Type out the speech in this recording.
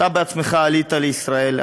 אתה בעצמך עלית לישראל,